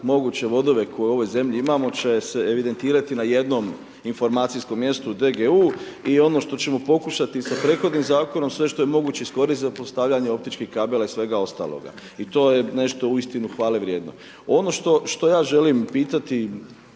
moguće vodove koje u ovoj zemlji imamo će se evidentirati na jednom informacijskom mjestu DGU i ono što ćemo pokušati i sa prethodnim zakonom sve što je moguće iskoristiti za postavljanje optičkih kabela i svega ostaloga. I to je nešto uistinu hvalevrijedno. Ono što ja želim pitati,